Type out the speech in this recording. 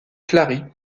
clary